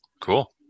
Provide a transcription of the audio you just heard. Cool